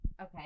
Okay